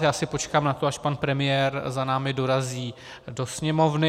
Já si počkám na to, až pan premiér za námi dorazí do Sněmovny.